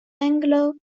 anglo